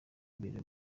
imbere